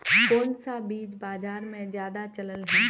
कोन सा बीज बाजार में ज्यादा चलल है?